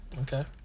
okay